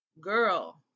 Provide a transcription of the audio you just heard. Girl